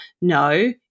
No